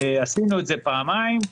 עשינו את זה פעמיים,